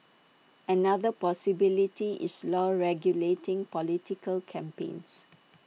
another possibility is law regulating political campaigns